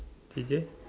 T_J